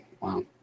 Wow